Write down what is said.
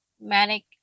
manic